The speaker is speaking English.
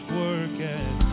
working